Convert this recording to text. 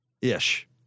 Ish